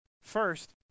First